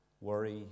Worry